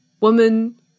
woman